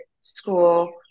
school